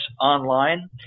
online